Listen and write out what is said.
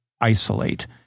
Isolate